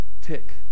tick